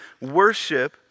worship